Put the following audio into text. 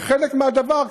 וחלק מהדבר,